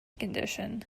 condition